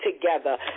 together